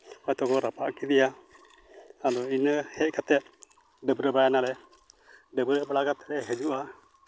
ᱟᱫᱚ ᱠᱚ ᱨᱟᱯᱟᱜ ᱠᱮᱫᱮᱭᱟ ᱟᱫᱚ ᱤᱱᱟᱹ ᱦᱮᱡ ᱠᱟᱛᱮᱫ ᱰᱟᱹᱵᱽᱨᱟᱹ ᱵᱟᱲᱟᱭᱮᱱᱟᱞᱮ ᱰᱟᱹᱵᱽᱨᱟᱹ ᱵᱟᱲᱟ ᱠᱟᱛᱮᱫ ᱞᱮ ᱦᱤᱡᱩᱜᱼᱟ